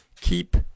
keep